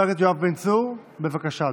בבקשה,